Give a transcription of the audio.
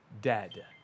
dead